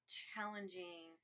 challenging